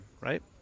right